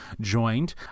joined